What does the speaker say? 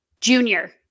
junior